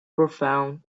profound